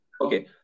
Okay